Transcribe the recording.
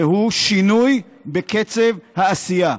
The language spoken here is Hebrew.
והוא שינוי בקצב העשייה.